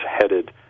headed